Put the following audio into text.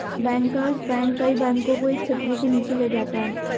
bankers bank कई बैंकों को एक छतरी के नीचे ले जाता है